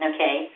Okay